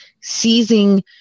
seizing